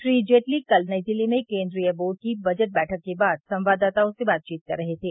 श्री जेटली कल नई दिल्ली में केंद्रीय बोर्ड की बजट बैठक के बाद संवाददाताओं से बातचीत कर रहे थे